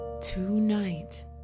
Tonight